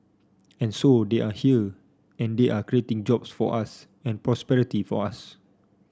and so they are here and they are creating jobs for us and prosperity for us